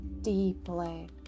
deeply